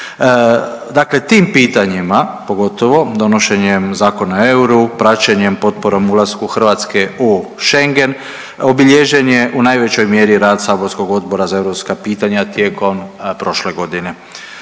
Dakle, tim pitanjima pogotovo donošenjem Zakona o euru, praćenjem potporom ulasku Hrvatske u Schengen obilježen je u najvećoj mjeri rad saborskog Odbora za europska pitanja tijekom prošle godine.